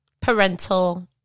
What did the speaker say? parental